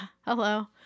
hello